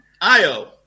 Io